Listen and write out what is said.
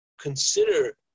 consider